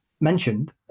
mentioned